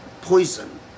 poison